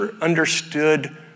understood